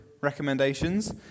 recommendations